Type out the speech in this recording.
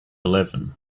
eleven